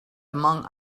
among